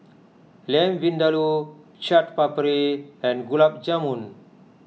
Lamb Vindaloo Chaat Papri and Gulab Jamun